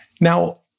Now